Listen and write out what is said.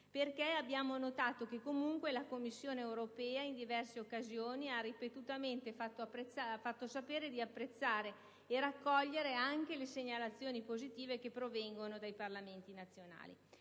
abbiamo notato che, comunque, la Commissione europea in diverse occasioni ha ripetutamente fatto sapere di apprezzare e raccogliere anche le segnalazioni positive che provengono dai Parlamenti nazionali.